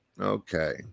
okay